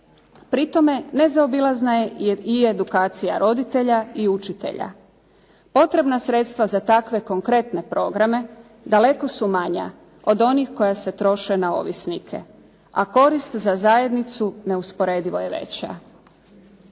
Pri tome, nezaobilazna je i edukacija roditelja i učitelja. Potrebna sredstva za takve konkretne programe daleko su manja od onih koja se troše na ovisnike, a korist za zajednicu neusporedivo je veća.